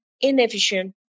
inefficient